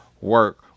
work